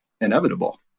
inevitable